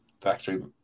factory